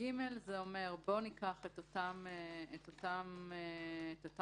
(ג) אומר, בואו ניקח את אותן נסיבות